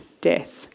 death